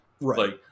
Right